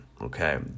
Okay